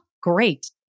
great